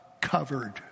covered